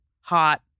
hot